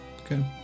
okay